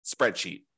spreadsheet